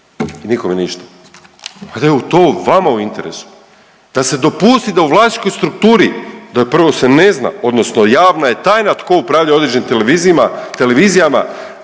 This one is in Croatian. se ne razumije/…da je to vama u interesu da se dopusti da u vlasničkoj strukturi, to je prvo se ne zna odnosno javna je tajna tko upravlja određenim televizijama, voditelji